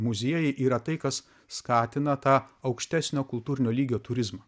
muziejai yra tai kas skatina tą aukštesnio kultūrinio lygio turizmą